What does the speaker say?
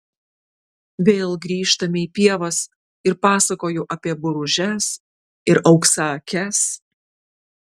vėl grįžtame į pievas ir pasakoju apie boružes ir auksaakes